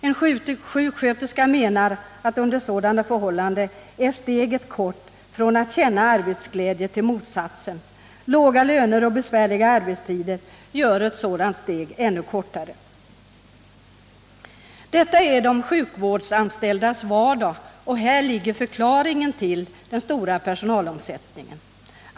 En sjuksköterska menar att under sådana förhållanden är steget kort från att känna arbetsglädje till ”motsatsen”. Låga löner och besvärliga arbetstider gör ett sådant steg ännu kortare. Detta är de sjukvårdsanställdas vardag, och här ligger förklaringen till den stora personalomsättningen.